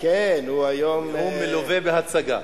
נאום מלווה בהצגה.